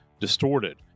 Distorted